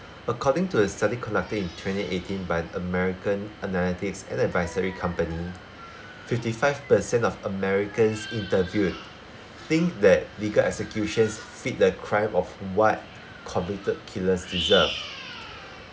according to a study conducted in twenty eighteen by american analytics and advisory company fifty five percent of americans interviewed think that legal executions fit the crime of what convicted killers deserve